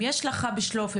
אם יש לך בשלוף,